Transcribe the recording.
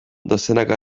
dozenaka